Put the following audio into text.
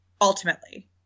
ultimately